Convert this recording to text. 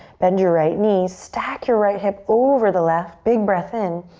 bend your right knee. stack your right hip over the left. big breath in.